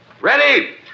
Ready